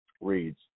reads